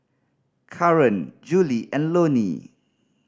Karan Juli and Loney